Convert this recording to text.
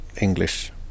English